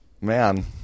man